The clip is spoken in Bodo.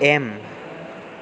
एम